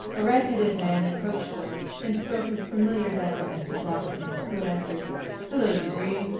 a red-headed man approached them and spoke with familiar deference to bloeckman, who answered hello, debris.